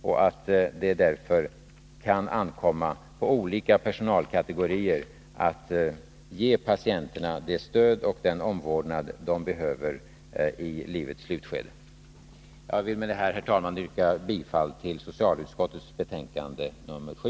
Majoriteten menar därför att det kan ankomma på olika personalkategorier att ge patienterna det stöd och den omvårdnad de behöver i livets slutskede. Jag vill med detta, herr talman, yrka bifall till socialutskottets hemställan i betänkande nr 7.